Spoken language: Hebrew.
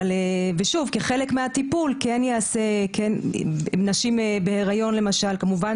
שוב, כחלק מהטיפול, נשים בהיריון למשל, כמובן